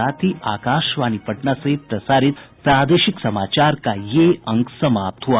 इसके साथ ही आकाशवाणी पटना से प्रसारित प्रादेशिक समाचार का ये अंक समाप्त हुआ